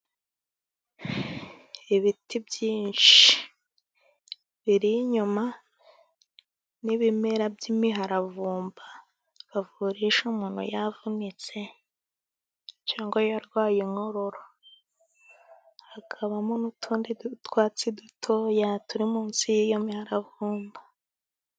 Ibiti byinshi biri inyuma n'ibimera by'imiharavumba, bavurisha umuntu yavunitse cyangwa yarwaye inkorora. Hakabamo n'utundi twatsi dutoya turi munsi y'iyo miharavumba.